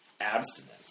Abstinence